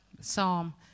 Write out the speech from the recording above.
psalm